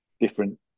different